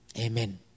Amen